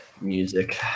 music